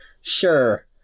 Sure